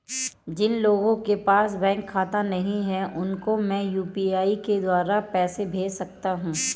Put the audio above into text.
जिन लोगों के पास बैंक खाता नहीं है उसको मैं यू.पी.आई के द्वारा पैसे भेज सकता हूं?